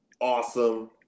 awesome